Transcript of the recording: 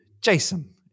Jason